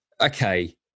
okay